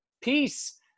peace